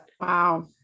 Wow